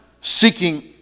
seeking